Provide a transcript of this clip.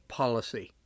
policy